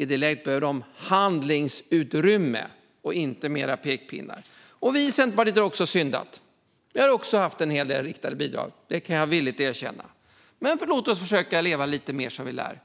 I det läget behöver de handlingsutrymme och inte fler pekpinnar. Vi i Centerpartiet har också syndat. Vi har också haft en del riktade bidrag. Det kan jag villigt erkänna. Men låt oss försöka leva lite mer som vi lär.